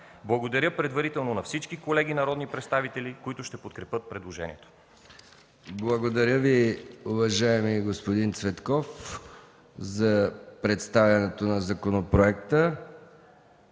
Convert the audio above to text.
Благодаря предварително на всички колеги народни представители, които ще подкрепят предложението. ПРЕДСЕДАТЕЛ МИХАИЛ МИКОВ: Благодаря Ви, уважаеми господин Цветков, за представянето на законопроекта.